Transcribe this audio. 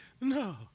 No